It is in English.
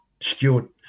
Stewart